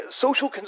social